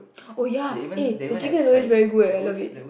oh ya eh the chicken is always very good eh I love it